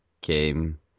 came